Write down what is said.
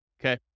okay